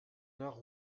nord